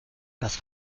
das